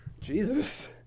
jesus